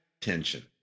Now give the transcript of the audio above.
tension